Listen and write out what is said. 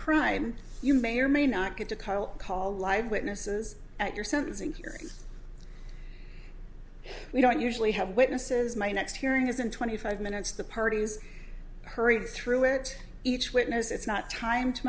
crime you may or may not get to carl call live witnesses at your sentencing hearing we don't usually have witnesses my next hearing is in twenty five minutes the parties hurried through it each witness it's not time to